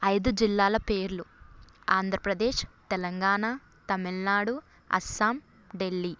ఐదు జిల్లాల పేర్లు ఆంధ్రప్రదేశ్ తెలంగాణ తమిళనాడు అస్సాం ఢిల్లీ